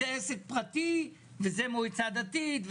זה עסק פרטי, וזו מועצה דתית.